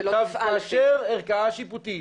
כאשר ערכאה שיפוטית,